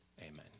Amen